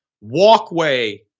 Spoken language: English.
walkway